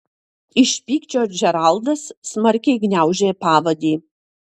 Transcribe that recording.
iš pykčio džeraldas smarkiai gniaužė pavadį